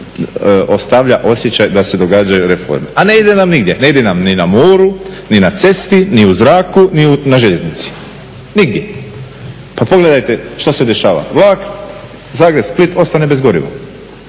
ostavlja osjećaj da se događaju reforme, a ne ide nam nigdje. Ne ide nam ni na moru, ni na cesti, ni u zraku, ni na željeznici, nigdje. Pa pogledajte šta se dešava? Vlak Zagreb – Split ostane bez goriva,